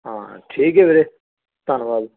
ਹਾਂ ਠੀਕ ਹੈ ਵੀਰੇ ਧੰਨਵਾਦ